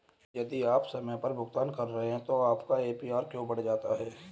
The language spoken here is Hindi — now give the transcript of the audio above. यदि आप समय पर भुगतान कर रहे हैं तो आपका ए.पी.आर क्यों बढ़ जाता है?